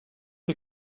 est